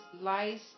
lies